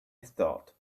thought